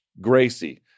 Gracie